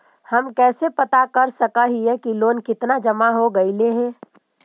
हम कैसे पता कर सक हिय की लोन कितना जमा हो गइले हैं?